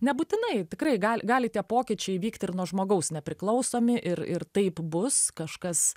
nebūtinai tikrai gali gali tie pokyčiai vykti ir nuo žmogaus nepriklausomi ir ir taip bus kažkas